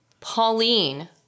Pauline